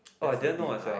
that's a bit like